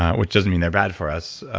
which doesn't mean they're bad for us. ah